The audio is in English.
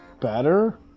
better